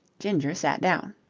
ginger sat down.